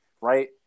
right